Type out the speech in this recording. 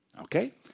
Okay